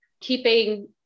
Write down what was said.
keeping